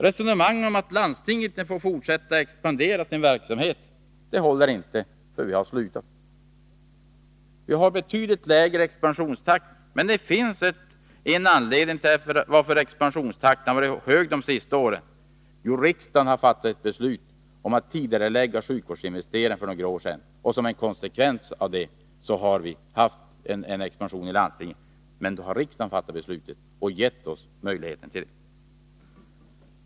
Resonemanget att landstinget får fortsätta att expandera sin verksamhet håller inte, för i vårt län har man slutat att expandera. Expansionstakten är numera genomsnittligt betydligt lägre än tidigare. Dock finns det en anledning till att den ökat något under de senaste åren, och det är att riksdagen för några år sedan fattade beslut om att tidigarelägga sjukvårds investeringarna. Som en konsekvens av detta beslut har vi haft en expansion på landstingets område, men dessa expansionsmöjligheter har vi alltså fått på grund av ett riksdagsbeslut.